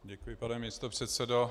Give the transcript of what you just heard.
Děkuji, pane místopředsedo.